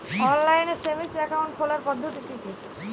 Online savings account খোলার পদ্ধতি কি?